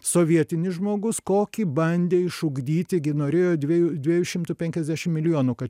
sovietinis žmogus kokį bandė išugdyti gi norėjo dviejų dviejų šimtų penkiasdešim milijonų kad